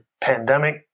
pandemic